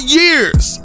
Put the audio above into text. years